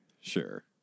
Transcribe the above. sure